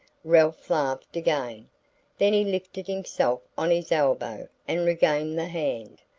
ralph laughed again then he lifted himself on his elbow and regained the hand.